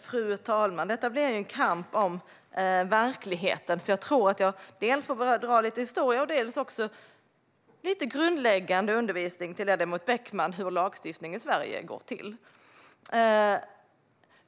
Fru talman! Detta blir en kamp om verkligheten. Jag tror att jag dels får dra lite historia, dels ge ledamot Beckman lite grundläggande undervisning i hur lagstiftning i Sverige går till.